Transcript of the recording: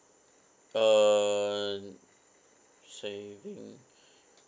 uh saving